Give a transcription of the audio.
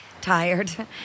tired